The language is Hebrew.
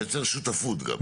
מייצר שותפות גם.